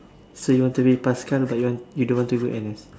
so you want to be paskal but you want you don't want to go N_S